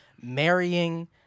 marrying